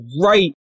right